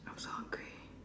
I'm so hungry